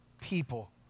People